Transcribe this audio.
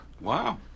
Wow